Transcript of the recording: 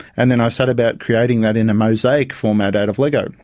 and then i set about creating that in a mosaic format out of lego,